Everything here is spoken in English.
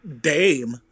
Dame